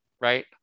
right